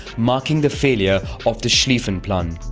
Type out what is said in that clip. marking the failure of the schlieffen plan.